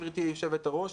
גברתי יושבת-הראש,